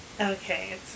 Okay